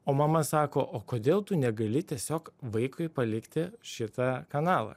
o mama sako o kodėl tu negali tiesiog vaikui palikti šitą kanalą